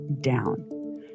down